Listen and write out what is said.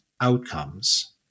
outcomes